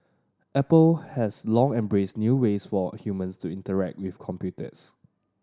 Apple has long embraced new ways for humans to interact with computers